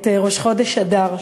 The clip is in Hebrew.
את ראש חודש אדר.